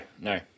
no